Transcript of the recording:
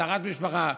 טהרת משפחה,